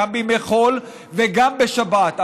גם בימי חול וגם בשבת.